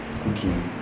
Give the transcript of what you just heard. cooking